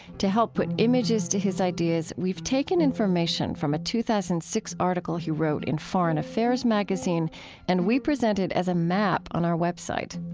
to help put images to his ideas, we've taken information from a two thousand and six article he wrote in foreign affairs magazine and we present it as a map on our web site.